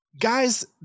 Guys